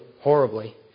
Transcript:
horribly